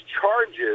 charges